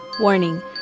Warning